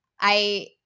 I-